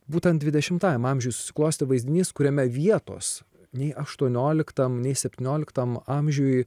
būtent dvidešimtajam amžiuj susiklostė vaizdinys kuriame vietos nei aštuonioliktam nei septynioliktam amžiui